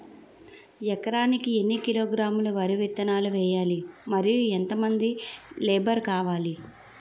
ఎకరానికి ఎన్ని కిలోగ్రాములు వరి విత్తనాలు వేయాలి? మరియు ఎంత మంది లేబర్ కావాలి?